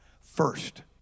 first